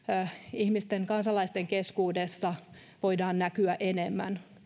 ihmisten kansalaisten keskuudessa voidaan näkyä enemmän